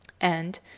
And